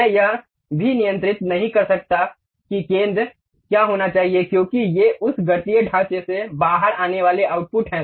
मैं यह भी नियंत्रित नहीं कर सकता कि केंद्र क्या होना चाहिए क्योंकि ये उस गणितीय ढांचे से बाहर आने वाले आउटपुट हैं